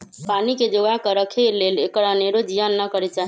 पानी के जोगा कऽ राखे लेल एकर अनेरो जियान न करे चाहि